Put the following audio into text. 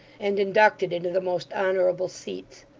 and inducted into the most honourable seats.